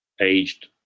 aged